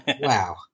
Wow